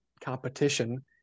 competition